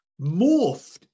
morphed